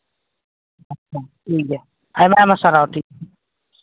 ᱟᱪᱪᱷᱟ ᱴᱷᱤᱠ ᱜᱮᱭᱟ ᱟᱭᱢᱟ ᱟᱭᱢᱟ ᱥᱟᱨᱦᱟᱣ ᱴᱷᱤᱠ